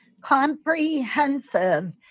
comprehensive